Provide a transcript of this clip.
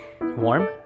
Warm